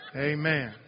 Amen